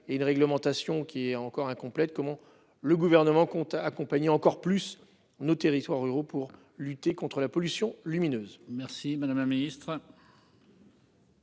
et une réglementation qui est encore incomplète, comment le gouvernement compte accompagner encore plus nos territoires ruraux pour lutter contre la pollution lumineuse. Merci madame la ministre.